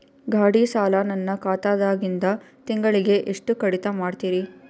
ಗಾಢಿ ಸಾಲ ನನ್ನ ಖಾತಾದಾಗಿಂದ ತಿಂಗಳಿಗೆ ಎಷ್ಟು ಕಡಿತ ಮಾಡ್ತಿರಿ?